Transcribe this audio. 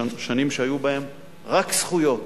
שנים שהיו בהן רק זכויות